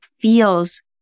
feels